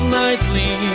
nightly